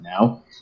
now